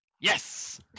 Yes